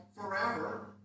forever